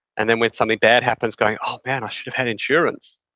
and then when something bad happens going, oh man, i should've had insurance.